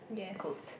goat